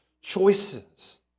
choices